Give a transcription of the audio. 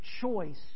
choice